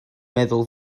meddwl